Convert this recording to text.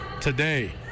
today